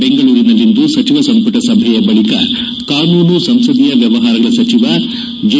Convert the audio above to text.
ಬೆಂಗಳೂರಿನಲ್ಲಿಂದು ಸಚಿವ ಸಂಪಟ ಸಭೆಯ ಬಳಿಕ ಕಾನೂನು ಸಂಸದೀಯ ವ್ಯವಹಾರಗಳ ಸಚಿವ ಜೆ